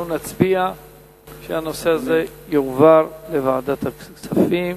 אנחנו נצביע על כך שהנושא הזה יועבר לוועדת הכספים.